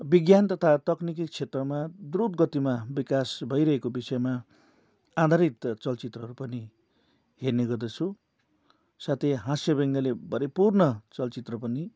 विज्ञान तथा तक्निकी क्षेत्रमा ध्रुवगतिमा विकास भइरहेको विषयमा आधारित चलचित्रहरू पनि हेर्ने गर्दछु साथै हास्यव्यङ्ग्यले भरिपूर्ण चलचित्र पनि